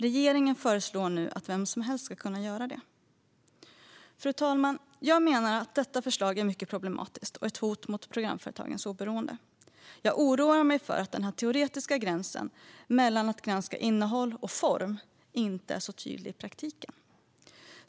Regeringen föreslår nu att vem som helst ska kunna göra det. Fru talman! Jag menar att detta förslag är mycket problematiskt och ett hot mot programföretagens oberoende. Jag oroar mig för att den teoretiska gränsen mellan att granska innehåll och form inte är så tydlig i praktiken.